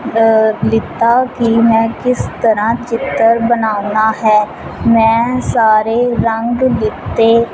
ਲਿਆ ਕਿ ਮੈਂ ਕਿਸ ਤਰ੍ਹਾਂ ਚਿੱਤਰ ਬਣਾਉਣਾ ਹੈ ਮੈਂ ਸਾਰੇ ਰੰਗ ਲਏ